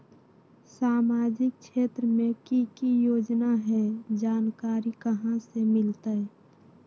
सामाजिक क्षेत्र मे कि की योजना है जानकारी कहाँ से मिलतै?